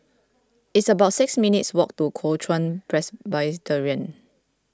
it's about six minutes' walk to Kuo Chuan Presbyterian